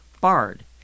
BARD